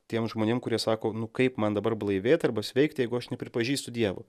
tiem žmonėm kurie sako nu kaip man dabar blaivėt arba sveikti jeigu aš nepripažįstu dievo